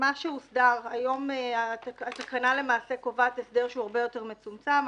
מה שהוסדר היום התקנה קובעת הסדר שהוא הרבה יותר מצומצם.